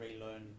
relearn